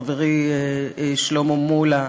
חברי שלמה מולה.